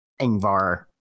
Ingvar